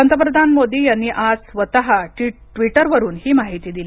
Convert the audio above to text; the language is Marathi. पंतप्रधान मोदी यांनी आज स्वतः ट्विटरवरुन ही माहीती दिली